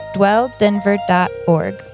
dwelldenver.org